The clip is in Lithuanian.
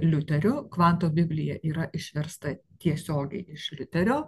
liuteriu kvanto biblija yra išversta tiesiogiai iš liuterio